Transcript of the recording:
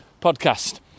podcast